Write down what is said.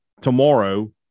tomorrow